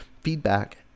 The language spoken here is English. feedback